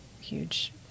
huge